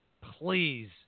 please